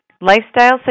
lifestyle